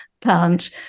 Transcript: plant